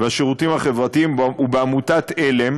והשירותים החברתיים ובעמותת עלם